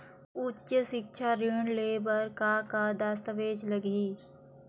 उच्च सिक्छा ऋण ले बर का का दस्तावेज लगही?